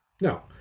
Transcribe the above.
No